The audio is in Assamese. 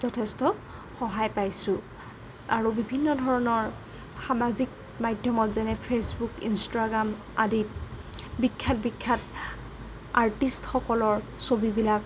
যথেষ্ট সহায় পাইছোঁ আৰু বিভিন্ন ধৰণৰ সামাজিক মাধ্যমত যেনে ফেচবুক ইণষ্টাগ্ৰাম আদিত বিখ্যাত বিখ্যাত আৰ্টিষ্টসকলৰ ছবিবিলাক